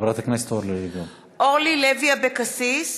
חברת הכנסת אורלי לוי אבקסיס.